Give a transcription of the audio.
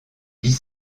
dix